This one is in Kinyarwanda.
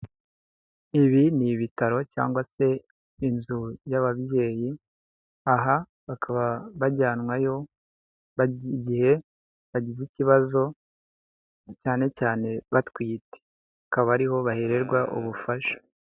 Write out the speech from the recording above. Ibi ni ibitaro cyangwa se inzu y'ababyeyi aha bakaba bajyanwayo igihe bagize ikibazo cyane cyane batwite akaba ariho bahererwa ubufasha.